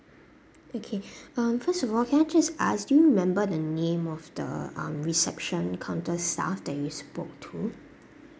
okay um first of all can I just ask do you remember the name of the um reception counter staff that you spoke to